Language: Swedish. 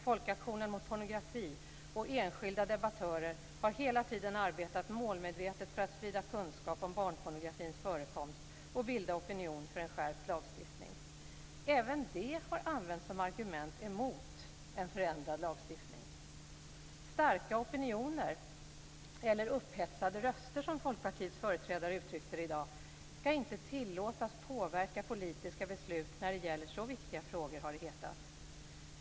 Folkaktionen mot pornografi och enskilda debattörer har hela tiden arbetat målmedvetet för att sprida kunskap om barnpornografins förekomst och bilda opinion för en skärpt lagstiftning. Även detta har använts som ett argument emot en förändrad lagstiftning. Starka opinioner, eller upphetsade röster som Folkpartiets företrädare uttryckte det i dag , skall inte tillåtas påverka politiska beslut när det gäller så viktiga frågor, har det hetat.